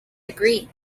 degree